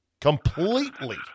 completely